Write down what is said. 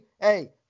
hey